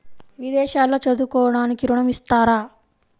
విదేశాల్లో చదువుకోవడానికి ఋణం ఇస్తారా?